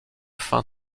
fin